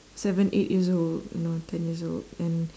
seven eight years old you know ten years old and